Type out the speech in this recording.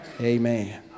Amen